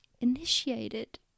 initiated